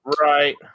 right